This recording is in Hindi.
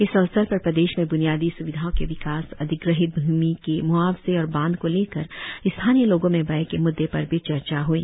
इस अवसर पर प्रदेश में ब्नियादी सुविधाओं के विकास अधिग्रहित भूमि के मुआवजे और बांध को लेकर स्थानीय लोगों में भय के मुद्दे पर भी चर्चा हई